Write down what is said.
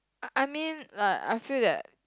I I mean like I feel that